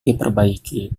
diperbaiki